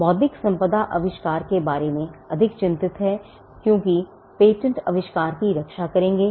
बौद्धिक संपदा आविष्कार के बारे में अधिक चिंतित है क्योंकि पेटेंट आविष्कार की रक्षा करेंगे